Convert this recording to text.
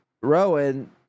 Rowan